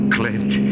Clint